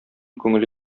күңеле